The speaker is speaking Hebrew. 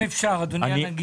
אתה משווה פה נתון, בלי